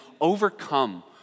overcome